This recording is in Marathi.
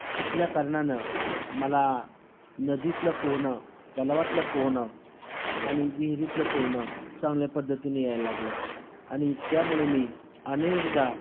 शिकल्याकारणानं मला नदीतलं पोहणं तलावातलं पोहणं आणि विहिरीतलं पोहणं चांगल्या पद्धतीने यायला लागलं आणि त्यामुळे मी अनेकदा